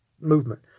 movement